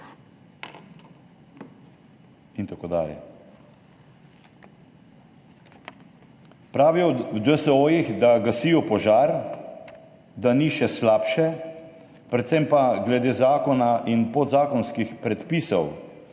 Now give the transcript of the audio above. in tako dalje. Pravijo v DSO-jih, da gasijo požar, da ni še slabše, predvsem pa glede zakona in podzakonskih predpisov.